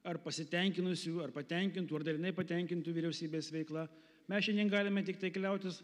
ar pasitenkinusių ar patenkintų ar dalinai patenkintų vyriausybės veikla mes šiandien galime tiktai kliautis